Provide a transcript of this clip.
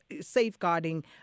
safeguarding